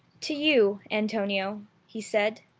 to you, antonio he said,